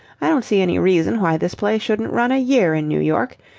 i don't see any reason why this play shouldn't run a year in new york.